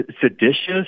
Seditious